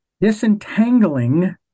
disentangling